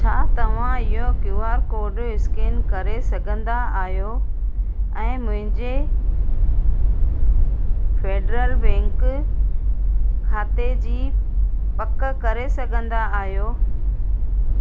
छा तव्हां इहो क्यू आर कोड स्केन करे सघंदा आहियो ऐं मुंहिंजे फेडरल बैंक खाते जी पक करे सघंदा आहियो